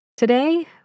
Today